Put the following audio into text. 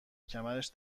کمرش